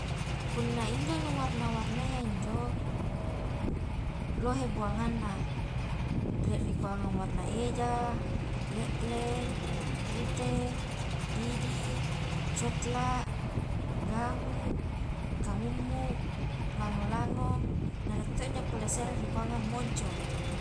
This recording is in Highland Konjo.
Punna injo nu warna-warna iya injo, lohe buanganna, rie ni kua warna eja, lelleng, pute, didi, cokla, gahu, kamumu, lango-lango, na rie to injo pole serre ri kuangang moncong.